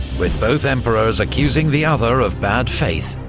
with both emperors accusing the other of bad faith,